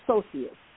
associates